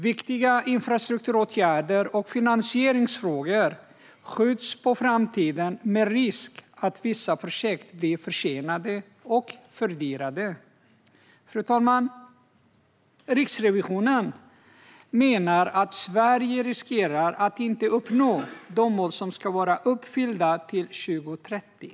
Viktiga infrastrukturåtgärder och finansieringsfrågor skjuts på framtiden, med risk att vissa projekt blir försenade och fördyrade. Fru talman! Riksrevisionen menar att Sverige riskerar att inte uppnå de mål som ska vara uppfyllda till 2030.